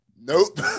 Nope